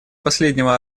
последнего